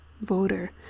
voter